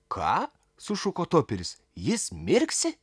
ką sušuko toperis jis mirksi